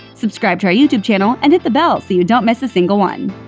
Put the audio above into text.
subscribe to our youtube channel and hit the bell so you don't miss a single one.